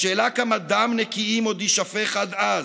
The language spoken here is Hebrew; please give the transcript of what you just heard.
השאלה כמה דם נקיים עוד יישפך עד אז?